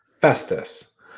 Festus